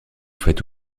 fête